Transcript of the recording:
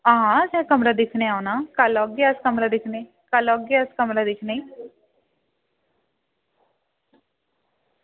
आं असें कमरा दिक्खनै ई औना कल्ल औगे अस कमरा दिक्खनै ई कल्ल औगे अस कमरा दिक्खनै ई